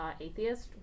atheist